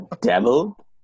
Devil